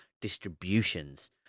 distributions